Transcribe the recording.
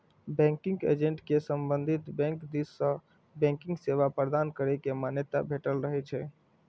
banking agent कें संबंधित bank दिस सं बैंकिंग सेवा प्रदान करै के मान्यता भेटल रहै छै